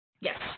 Yes